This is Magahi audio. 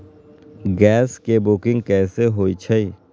गैस के बुकिंग कैसे होईछई?